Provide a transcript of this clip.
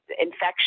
infection